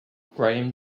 graham